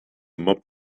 mop